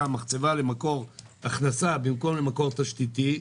המחצבה למקור הכנסה במקום למקור תשתיתי,